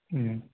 ꯎꯝ